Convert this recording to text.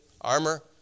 armor